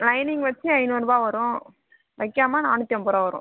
lining வச்சு ஐநூறுபா வரும் வைக்காம நானூற்றி ஐம்பது ரூபா வரும்